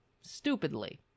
stupidly